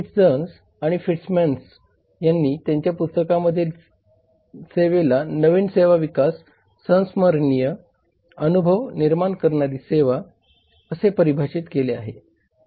Fitzsimmons आणि Fitzsimmons यांनी त्यांच्या पुस्तकामध्ये सेवेला नवीन सेवा विकास संस्मरणीय अनुभव निर्माण करणारी सेवा New Service Development Creating Memorable Experiences असे परिभाषित केले आहे